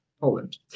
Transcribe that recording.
poland